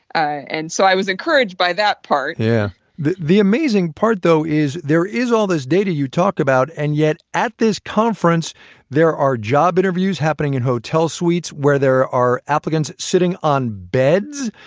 and so i was encouraged by that part yeah the the amazing part though is there is all this data you talk about, and yet at this conference there are job interviews happening in hotel suites where there are applicants sitting on beds.